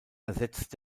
ersetzt